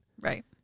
Right